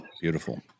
beautiful